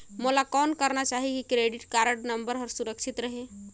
मोला कौन करना चाही की क्रेडिट कारड नम्बर हर सुरक्षित रहे?